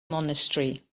monastery